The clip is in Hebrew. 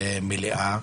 מלאה.